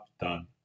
done